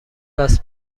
است